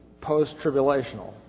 post-tribulational